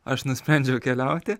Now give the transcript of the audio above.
aš nusprendžiau keliauti